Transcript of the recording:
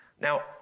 Now